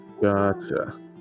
gotcha